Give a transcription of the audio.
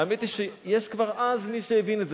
האמת היא שכבר אז היה מי שהבין את זה,